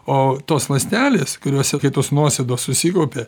o tos ląstelės kurioe kitos nuosėdos susikaupia